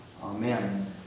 Amen